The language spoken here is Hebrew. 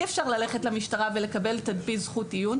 אי אפשר ללכת למשטרה ולקבל תדפיס זכות עיון,